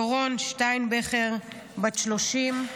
דורון שטיינבכר, בת 30,